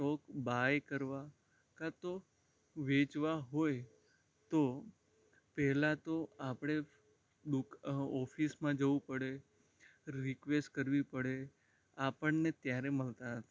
stock buy કરવા કાં તો વેચવા હોય તો પહેલાં તો આપણે દુક ઓફિસમાં જવુ પડે રિક્વેસ્ટ કરવી પડે આપણને ત્યારે મળતા હતા